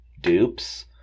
dupes